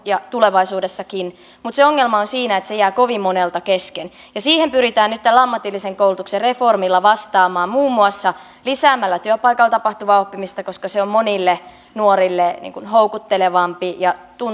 ja tulevaisuudessakin mutta se ongelma on siinä että se jää kovin monelta kesken siihen pyritään nyt tällä ammatillisen koulutuksen reformilla vastaamaan muun muassa lisäämällä työpaikalla tapahtuvaa oppimista koska se on monille nuorille houkuttelevampi ja